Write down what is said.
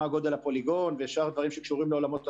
מה גודל הפוליגון ושאר הדברים שקשורים לעולמות הטכנולוגיה.